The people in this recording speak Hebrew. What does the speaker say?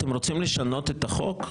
אתם רוצים לשנות את החוק?